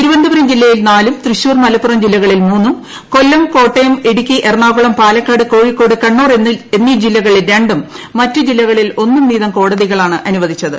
തിരുവനന്തപുരം ജില്ലയിൽ നാലും തൃശൂർ മലപ്പുറം ജില്ലകളിൽ മൂന്നും കൊല്ലം കോട്ടയം ഇടുക്കി എറണാകുളം പാലക്കാട് കോഴിക്കോട് കണ്ണൂർ എന്നീ ജില്ലകളിൽ രണ്ടും മറ്റ് ജില്ലകളിൽ ഒന്നുള്ള വീതം കോടതികളാണ് അനുവദിച്ചത്